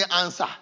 answer